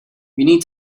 need